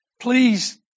Please